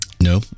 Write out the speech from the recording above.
No